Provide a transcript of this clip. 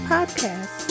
Podcast